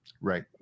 Right